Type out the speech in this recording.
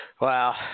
Wow